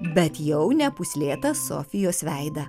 bet jau ne pūslėtą sofijos veidą